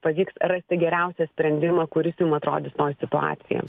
pavyks rasti geriausią sprendimą kuris jum atrodys toj situacijoj